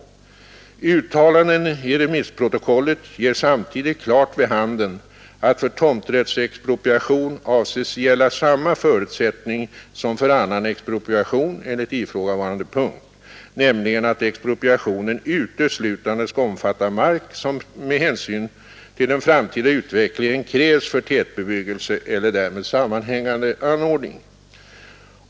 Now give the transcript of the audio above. Uttalanden i remissprotokollet ger samtidigt klart vid handen att för tomrättsexpropriation avses gälla samma förutsättning som för annan expropriation enligt ifrågavarande punkt, nämligen att expropriationen uteslutande skall omfatta mark som med hänsyn till den framtida utvecklingen krävs för tätbebyggelse eller därmed sammanhängande anordning.